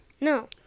No